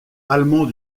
allemand